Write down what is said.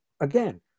again